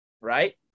right